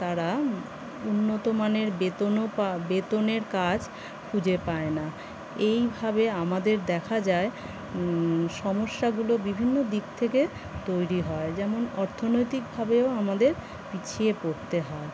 তারা উন্নত মানের বেতনও পা বেতনের কাজ খুঁজে পায় না এইভাবে আমাদের দেখা যায় সমস্যাগুলো বিভিন্ন দিক থেকে তৈরি হয় যেমন অর্থনৈতিকভাবেও আমাদের পিছিয়ে পড়তে হয়